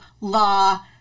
law